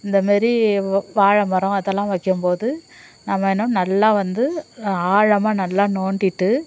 இந்த மாரி வாழை மரம் அதெல்லாம் வைக்கும்போது நம்ம இன்னும் நல்லா வந்து ஆழமாக நல்லா நோண்டிவிட்டு